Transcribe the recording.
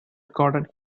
garden